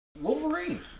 Wolverine